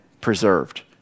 preserved